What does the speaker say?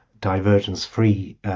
divergence-free